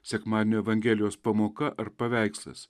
sekmadienio evangelijos pamoka ar paveikslas